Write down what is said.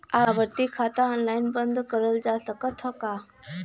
आवर्ती खाता ऑनलाइन बन्द करल जा सकत ह का?